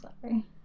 sorry